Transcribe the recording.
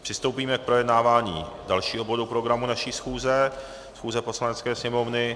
Přistoupíme k projednávání dalšího bodu programu naší schůze, schůze Poslanecké sněmovny.